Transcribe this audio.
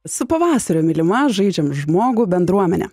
su pavasariu mylima žaidžiam žmogų bendruomene